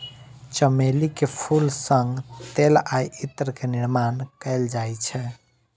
चमेली के फूल सं तेल आ इत्र के निर्माण कैल जाइ छै